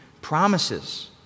promises